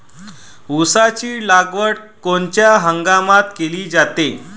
ऊसाची लागवड कोनच्या हंगामात केली जाते?